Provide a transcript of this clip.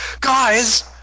Guys